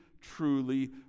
truly